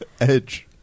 Edge